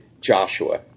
Joshua